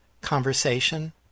conversation